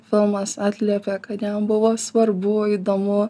filmas atliepia kad jam buvo svarbu įdomu